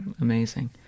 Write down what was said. amazing